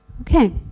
Okay